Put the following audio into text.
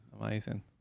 amazing